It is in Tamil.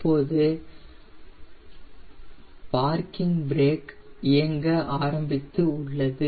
இப்போது பார்க்கிங் பிரேக் இயங்க ஆரம்பித்து உள்ளது